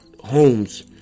homes